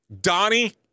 Donnie